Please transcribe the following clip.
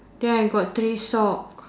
then I got three sock